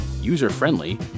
user-friendly